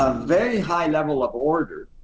ah very high level of order